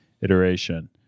iteration